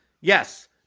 yes